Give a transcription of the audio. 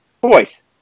boys